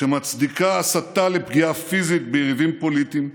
שמצדיקה הסתה לפגיעה פיזית ביריבים פוליטיים,